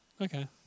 Okay